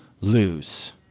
lose